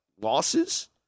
losses